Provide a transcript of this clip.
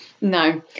No